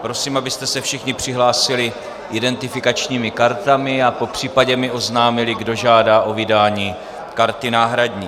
Prosím, abyste se všichni přihlásili identifikačními kartami a popřípadě mi oznámili, kdo žádá o vydání karty náhradní.